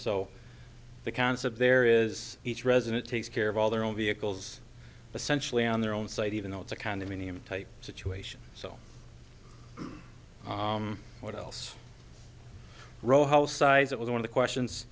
so the concept there is each resident takes care of all their own vehicles essentially on their own site even though it's a condominium type situation so what else rowhouse sighs it was one of the questions